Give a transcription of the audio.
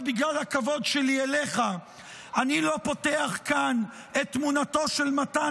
רק בגלל הכבוד שלי אליך אני לא פותח כאן את תמונתו של מתן,